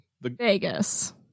Vegas